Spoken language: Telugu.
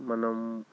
మనం